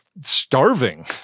starving